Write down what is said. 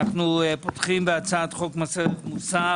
אנחנו פותחים בהצעת חוק מס ערך מוסף,